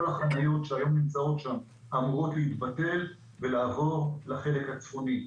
כל החניות שהיום נמצאות שם אמורות להתבטל ולעבור לחלק הצפוני.